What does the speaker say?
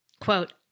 quote